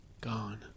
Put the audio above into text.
gone